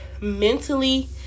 mentally